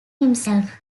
himself